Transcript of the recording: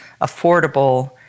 affordable